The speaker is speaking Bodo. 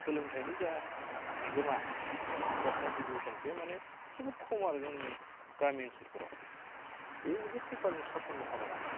सोलोंथायनि जा बिहोमा जा कन्ट्रिबिउसन बे माने जोबोद खम आरो जोंनि गामि ओनसोलफोराव बेबो मोनसे सरखारनि सासननि खामानि ना